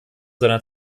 seiner